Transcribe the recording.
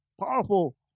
Powerful